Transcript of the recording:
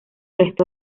resto